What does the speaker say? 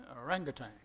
orangutan